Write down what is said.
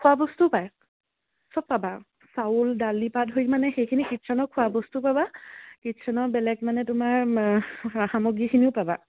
খোৱা বস্তু পায় চব পাবা চাউল দালি পৰা ধৰি মানে সেইখিনি কিটচেনৰ খোৱা বস্তু পাবা কিটচেনৰ বেলেগ মানে তোমাৰ সামগ্ৰীখিনিও পাবা